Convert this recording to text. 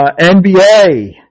NBA